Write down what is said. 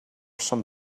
some